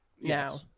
now